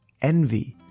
envy